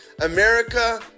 america